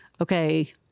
okay